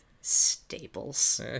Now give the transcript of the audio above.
Staples